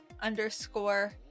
underscore